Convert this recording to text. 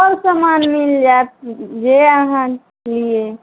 सब सामान मिल जायत जे अहाँ लिअ